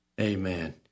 amen